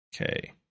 Okay